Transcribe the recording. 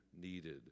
needed